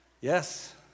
Yes